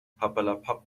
papperlapapp